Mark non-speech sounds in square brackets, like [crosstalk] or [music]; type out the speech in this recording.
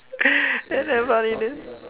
[breath] then damn funny then